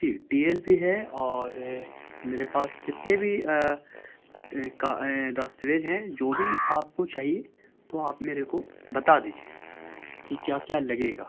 جی T L بھی ہے اور میرے پاس جتنے بھی دسویج ہیں جو بھی آپ کو چاہیے تو آپ میرے کو بتا دیجیے کہ کیا کیا لگے گا